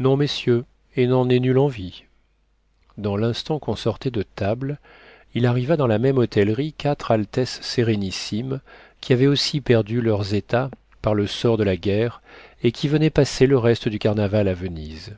non messieurs et n'en ai nulle envie dans l'instant qu'on sortait de table il arriva dans la même hôtellerie quatre altesses sérénissimes qui avaient aussi perdu leurs états par le sort de la guerre et qui venaient passer le reste du carnaval à venise